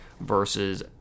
versus